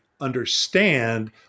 understand